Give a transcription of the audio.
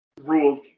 rules